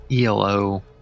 ELO